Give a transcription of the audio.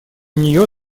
нее